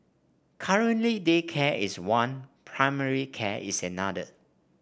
currently daycare is one primary care is another